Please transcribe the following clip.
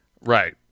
Right